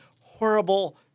horrible